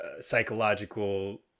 Psychological